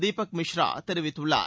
தீபக் மிஸ்ரா தெரிவித்துள்ளார்